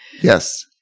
Yes